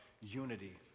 unity